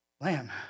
Lamb